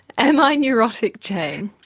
am i neurotic, jane?